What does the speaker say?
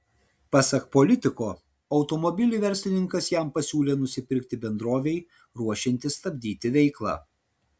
pasak politiko automobilį verslininkas jam pasiūlė nusipirkti bendrovei ruošiantis stabdyti veiklą